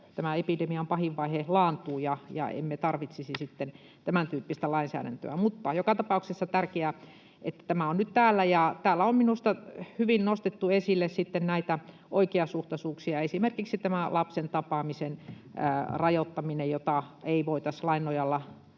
epidemian pahin vaihe tästä nyt laantuu ja emme tarvitsisi sitten tämäntyyppistä lainsäädäntöä? Mutta on joka tapauksessa tärkeää, että tämä on nyt täällä, ja täällä on minusta hyvin nostettu esille näitä oikeasuhtaisuuksia, esimerkiksi tämä lapsen tapaamisen rajoittaminen. Sitä ei voitaisi lain nojalla